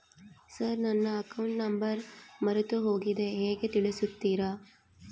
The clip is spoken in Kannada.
ಸರ್ ನನ್ನ ಅಕೌಂಟ್ ನಂಬರ್ ಮರೆತುಹೋಗಿದೆ ಹೇಗೆ ತಿಳಿಸುತ್ತಾರೆ?